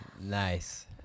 Nice